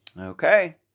okay